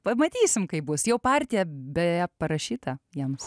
pamatysim kaip bus jau partija beje parašyta jiems